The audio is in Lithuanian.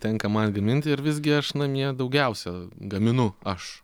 tenka man gaminti ir visgi aš namie daugiausia gaminu aš